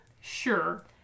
Sure